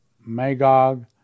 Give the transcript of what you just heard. Magog